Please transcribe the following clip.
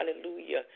hallelujah